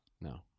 No